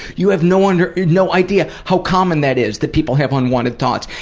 you have no and no idea how common that is that people have unwanted thoughts!